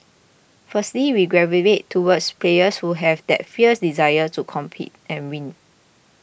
firstly we gravitate towards players who have that fierce desire to compete and win